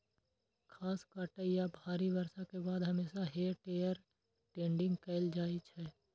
घास काटै या भारी बर्षा के बाद हमेशा हे टेडर टेडिंग कैल जाइ छै